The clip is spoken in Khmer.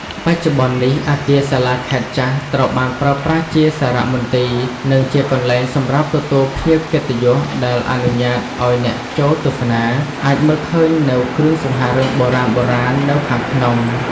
បច្ចុប្បន្ននេះ អគារសាលាខេត្តចាស់ត្រូវបានប្រើប្រាស់ជាសារមន្ទីរ និងជាកន្លែងសម្រាប់ទទួលភ្ញៀវកិត្តិយស ដែលអនុញ្ញាតឱ្យអ្នកចូលទស្សនាអាចមើលឃើញនូវគ្រឿងសង្ហារិមបុរាណៗនៅខាងក្នុង។